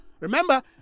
Remember